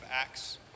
Acts